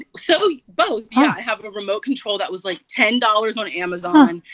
so both, yeah. i have a remote control that was, like, ten dollars on amazon.